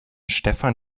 stefan